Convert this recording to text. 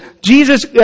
Jesus